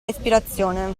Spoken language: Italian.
respirazione